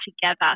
together